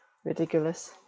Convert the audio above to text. ridiculous